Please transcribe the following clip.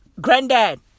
granddad